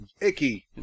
icky